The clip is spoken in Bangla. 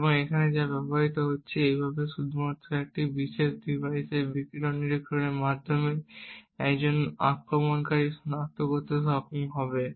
এবং একটি যা ব্যবহার করা হচ্ছে এইভাবে শুধুমাত্র এই বিশেষ ডিভাইসের বিকিরণ নিরীক্ষণের মাধ্যমে একজন আক্রমণকারী সনাক্ত করতে সক্ষম হবে